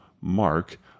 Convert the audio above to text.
Mark